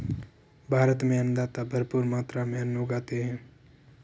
भारत में अन्नदाता भरपूर मात्रा में अन्न उगाते हैं